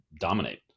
dominate